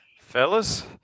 Fellas